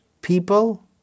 people